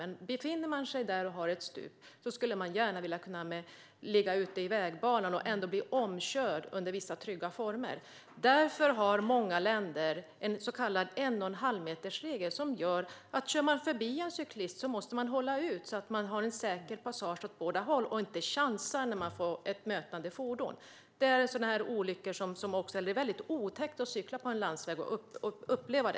Men om det är ett stup precis intill vill man gärna kunna ligga ute i vägbanan och ändå bli omkörd under trygga former. Därför har många länder en så kallad en-och-en-halv-meters-regel. Den som kör förbi en cyklist måste alltså hålla avstånd, så att det blir en säker passage för båda, och inte chansa vid möte med ett annat fordon. Det är otäckt att uppleva möten när man cyklar på landsvägar.